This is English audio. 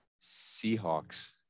Seahawks